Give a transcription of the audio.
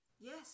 Yes